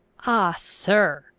ah, sir!